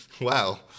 wow